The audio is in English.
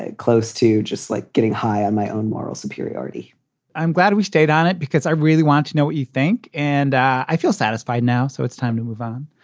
ah close to just like getting high on my own moral superiority i'm glad we stayed on it because i really want to know what you think. and i feel satisfied now. so it's time to move on.